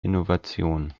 innovationen